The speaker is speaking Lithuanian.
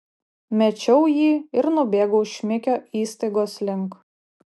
mečiau jį ir nubėgau šmikio įstaigos link